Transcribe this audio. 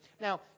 Now